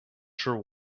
sure